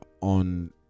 on